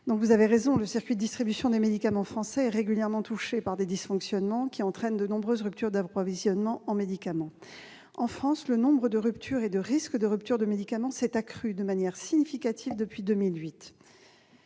Vous avez raison, le circuit de distribution des médicaments français est régulièrement touché par des dysfonctionnements, qui entraînent de nombreuses ruptures d'approvisionnement en médicaments. En France, le nombre de ruptures et de risques de rupture de médicaments s'est accru de manière significative depuis 2008.